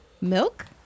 milk